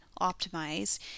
optimize